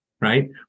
Right